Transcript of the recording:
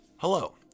Hello